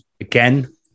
again